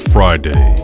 Friday